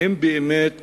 האם באמת